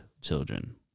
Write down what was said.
children